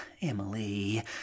Emily